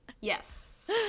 yes